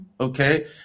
okay